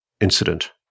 incident